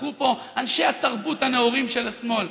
וצרחו פה אנשי התרבות הנאורים של השמאל.